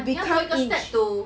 那个 inch